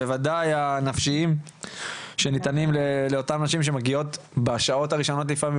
וודאי הנפשיים שניתנים לאותן נשים שמגיעות בשעות הראשונות לפעמים,